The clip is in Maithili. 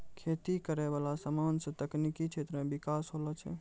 खेती करै वाला समान से तकनीकी क्षेत्र मे बिकास होलो छै